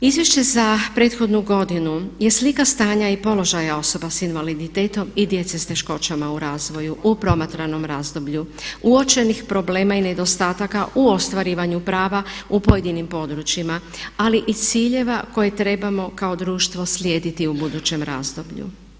Izvješće za prethodnu godinu je slika stanja i položaja osoba s invaliditetom i djece s teškoćama u razvoju u promatranom razdoblju, uočenih problema i nedostataka u ostvarivanju prava u pojedinim područjima ali i ciljeva koje trebamo kao društvo slijediti u budućem razdoblju.